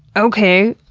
okay,